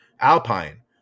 Alpine